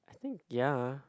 I think ya